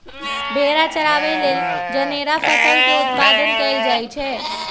भेड़ा चराबे लेल जनेरा फसल के उत्पादन कएल जाए छै